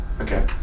Okay